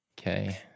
Okay